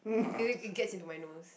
Philip it gets into my nose